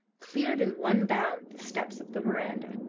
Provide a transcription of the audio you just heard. cleared in one bound the steps of the verandah.